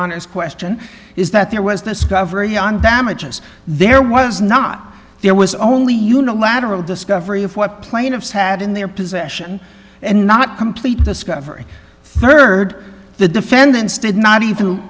honest question is that there was discovering damages there was not there was only unilateral discovery of what plaintiffs had in their possession and not complete discovery rd the defendants did not e